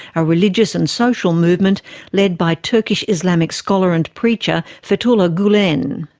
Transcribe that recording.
a religious and social movement led by turkish islamic scholar and preacher fethullah gulen.